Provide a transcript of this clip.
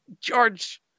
George